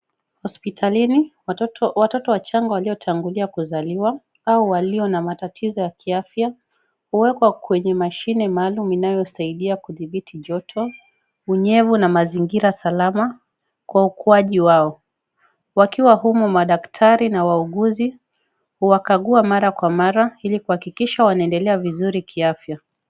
Hospitalini, watoto wachanga waliotangulia kuzaliwa au walio na matatizo ya kiafya, huwekwa kwenye mashine maalum inayosaidia kudhibiti joto, unyevu na mazingira salama kwa ukuaji wao. Wakiwa humu wadaktari au wauguzi huwakagua mara kwa mara ili kuhakikisha wanaendelea vizuri kiafya.